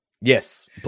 Yes